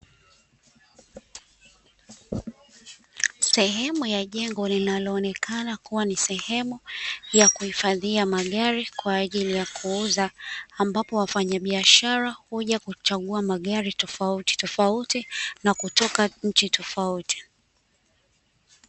Sehemu ya jengo linaloonekana kuwa ni sehemu ya kuhifadhia magari kwa ajili ya kuuza, ambapo wafanya biashara huja kuchagua magari tofautitofauti na kutoka nchi tofauti.